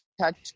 touch